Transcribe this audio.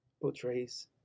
portrays